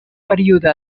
període